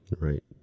Right